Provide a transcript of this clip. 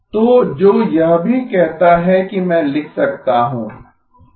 तो जो यह भी कहता है कि मैं लिख सकता हूं